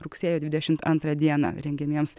rugsėjo dvidešimt antrą dieną rengiamiems